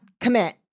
commit